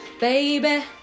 Baby